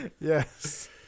Yes